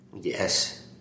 Yes